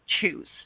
choose